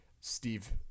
Steve